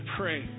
pray